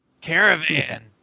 Caravan